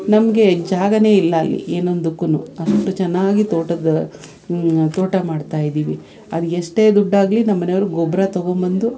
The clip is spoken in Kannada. ನಮಗೆ ಜಾಗವೇ ಇಲ್ಲ ಅಲ್ಲಿ ಏನೊಂದುಕ್ಕೂ ಅಷ್ಟು ಚೆನ್ನಾಗಿ ತೋಟದ ತೋಟ ಮಾಡ್ತಾಯಿದ್ದೀವಿ ಅದು ಎಷ್ಟೇ ದುಡ್ಡಾಗಲಿ ನಮ್ಮ ಮನೆಯವರು ಗೊಬ್ರ ತೊಗೊಂಬಂದು